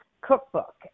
Cookbook